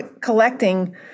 collecting